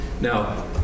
Now